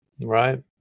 Right